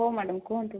ହଁ ମ୍ୟାଡମ୍ କୁହନ୍ତୁ